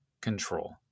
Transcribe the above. control